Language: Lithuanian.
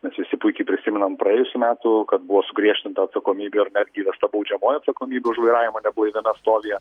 mes visi puikiai prisimenam praėjusių metų kad buvo sugriežtinta atsakomybė ir netgi įvesta baudžiamoji atsakomybė už vairavimą neblaiviame stovyje